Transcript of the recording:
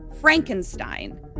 Frankenstein